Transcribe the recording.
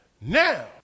Now